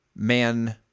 Man